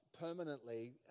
permanently